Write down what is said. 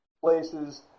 places